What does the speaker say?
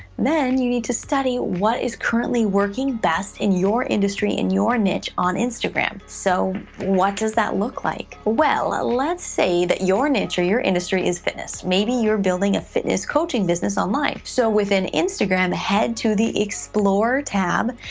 then you need to study what is currently working best in your industry, in your niche, on instagram. so, what does that look like? well, let's say that your niche, or your industry, is fitness. maybe you're building a fitness coaching business online. so, within instagram head to the explore tab,